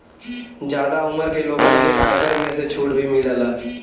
जादा उमर के लोगन के आयकर में से छुट भी मिलला